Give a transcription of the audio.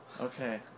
Okay